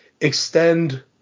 extend